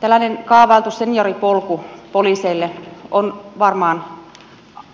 tällainen kaavailtu senioripolku poliiseille on varmaan